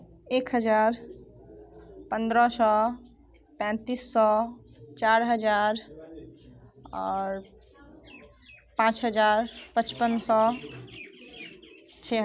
एक हज़ार पन्द्रह सौ पैंतीस सौ चार हजार और पाँच हज़ार पचपन सौ छ